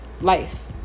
life